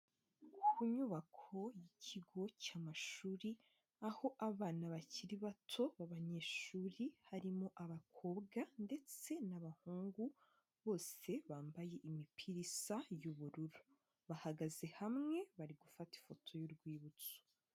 Ku nyubako y'ikigo cy'amashuri aho abana bakiri bato b'abanyeshuri harimo abakobwa ndetse n'abahungu bose bambaye imipira isa y'ubururu, bahagaze hamwe bari gufata ifoto y'urwibutso.